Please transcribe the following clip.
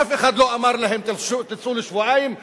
אף אחד לא אמר להם: תצאו לשבועיים,